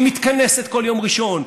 היא מתכנסת כל יום ראשון,